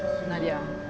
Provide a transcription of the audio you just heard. nadia